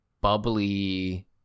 bubbly